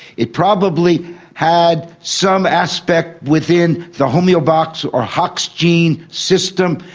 it probably had some aspect within the homeobox or hox gene system.